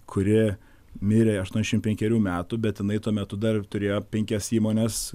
kurie mirė aštuonšim penkerių metų bet jinai tuo metu dar turėjo penkias įmones